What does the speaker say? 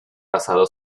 pasado